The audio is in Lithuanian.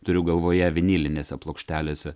turiu galvoje vinilinėse plokštelėse